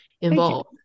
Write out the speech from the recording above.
involved